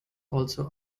also